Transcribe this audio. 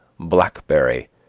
blackberry,